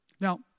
Now